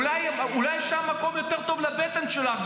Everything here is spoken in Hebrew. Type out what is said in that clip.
אולי שם מקום יותר טוב לבטן שלך,